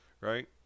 right